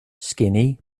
skinny